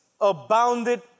abounded